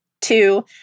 two